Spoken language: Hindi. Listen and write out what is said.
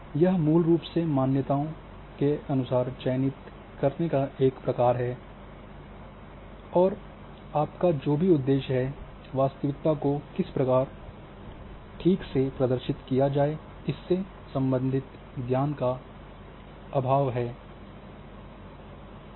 यह मूल रूप से मान्यताओं के अनुसार चयनित करने का एक प्रकार है और आपका जो भी उद्देश्य है वास्तविकता को किस प्रकार ठीक से प्रदर्शित किया जाए इससे सम्बंधित ज्ञान का अभाव है